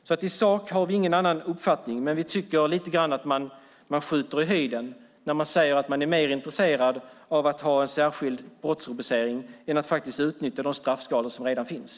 I sak har vi alltså ingen annan uppfattning, men vi tycker att man lite grann skjuter över målet när man säger att man är mer intresserade av att ha en särskild brottsrubricering än att utnyttja de straffskalor som redan finns.